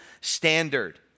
standard